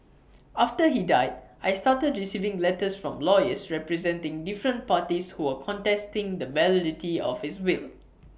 after he died I started receiving letters from lawyers representing different parties who were contesting the validity of his will